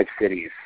cities